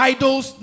Idols